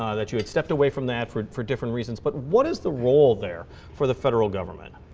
ah that you had stepped away from that for for different reasons. but what is the role there for the federal government?